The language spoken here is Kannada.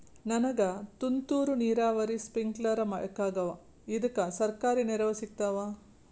ನನಗ ತುಂತೂರು ನೀರಾವರಿಗೆ ಸ್ಪಿಂಕ್ಲರ ಬೇಕಾಗ್ಯಾವ ಇದುಕ ಸರ್ಕಾರಿ ನೆರವು ಸಿಗತ್ತಾವ?